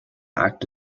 act